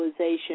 globalization